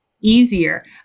easier